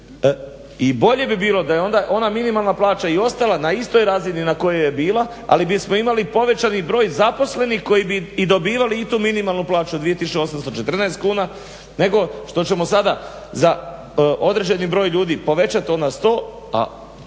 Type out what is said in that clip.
i bolje bi bilo da je onda ona minimalna plaća i ostala na istoj razini na kojoj je bila ali bismo imali povećani broj zaposlenih koji bi i dobivali i tu minimalnu plaću od 2814 kuna nego što ćemo sada za određeni broj ljudi povećati to na 100, a